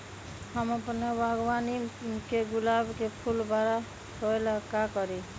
हम अपना बागवानी के गुलाब के फूल बारा होय ला का करी?